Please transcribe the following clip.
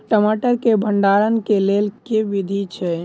टमाटर केँ भण्डारण केँ लेल केँ विधि छैय?